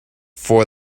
for